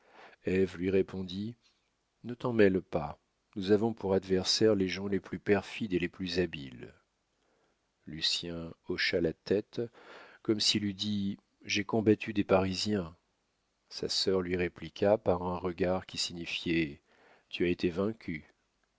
lui répondit ne t'en mêle pas nous avons pour adversaires les gens les plus perfides et les plus habiles lucien hocha la tête comme s'il eût dit j'ai combattu des parisiens sa sœur lui répliqua par un regard qui signifiait tu as été vaincu